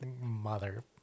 mother